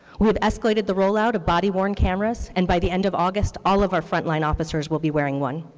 we have escalated the rollout of bodyworn cameras, and by the end of august, all of our frontline officers will be wearing one.